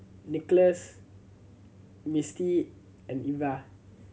Nicolas Misti and Evia